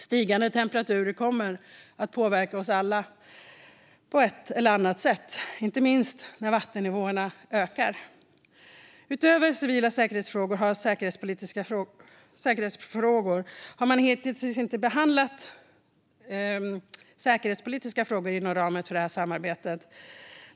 Stigande temperaturer kommer att påverka oss alla på ett eller annat sätt, inte minst när vattennivåerna stiger. Utöver civila säkerhetsfrågor har vi säkerhetspolitiska frågor, som hittills inte har behandlats inom ramen för samarbetet.